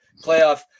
playoff